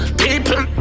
people